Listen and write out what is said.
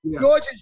George